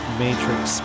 matrix